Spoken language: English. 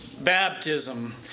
baptism